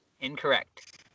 Incorrect